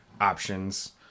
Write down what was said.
options